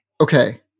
Okay